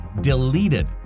Deleted